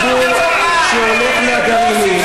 מי הציבור שהולך לגרעינים?